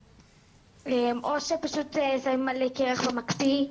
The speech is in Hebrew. או שפשוט שמים מלא קרח במקפיא,